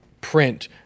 print